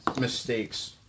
mistakes